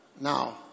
Now